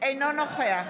אינו נוכח